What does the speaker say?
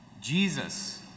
Jesus